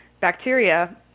bacteria